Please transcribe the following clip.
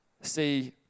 See